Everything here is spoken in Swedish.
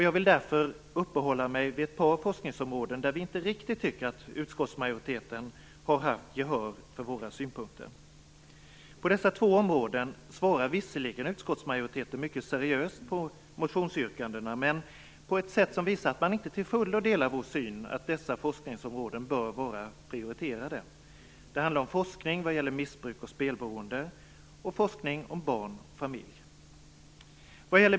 Jag vill därför uppehålla mig vid ett par forskningsområden där vi inte riktigt tycker att våra synpunkter vunnit utskottsmajoritetens gehör. På dessa två områden svarar visserligen utskottsmajoriteten mycket seriöst på motionsyrkandena, men på ett sådant sätt att man inte till fullo delar vår syn - att dessa forskningsområden bör vara prioriterade. Det handlar om forskning vad gäller missbruk och spelberoende samt om forskning kring barn och familj.